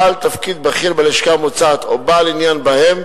בעל תפקיד בכיר בלשכה המוצעת או בעל עניין בהם,